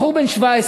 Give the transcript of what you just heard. בחור בן 17,